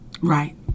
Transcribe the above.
Right